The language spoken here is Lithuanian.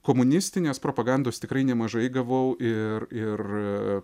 komunistinės propagandos tikrai nemažai gavau ir ir